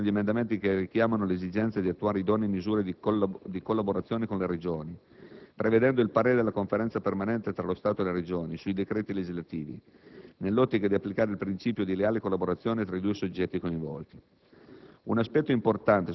Altrettanto importanti sono gli emendamenti che richiamano l'esigenza di attuare idonee misure di collaborazione con le Regioni, prevedendo il parere della Conferenza permanente tra lo Stato e le Regioni sui decreti legislativi, nell'ottica di applicare il principio di leale collaborazione tra i due soggetti coinvolti.